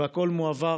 והכול מועבר